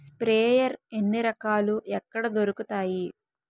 Sprayer ఎన్ని రకాలు? ఎక్కడ దొరుకుతాయి?